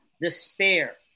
Despair